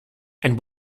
and